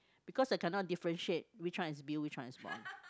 because I cannot differentiate which one is Bill which one is